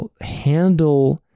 handle